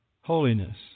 holiness